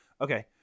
Okay